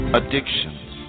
addictions